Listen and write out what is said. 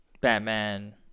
Batman